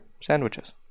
sandwiches